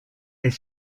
est